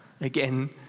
again